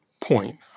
point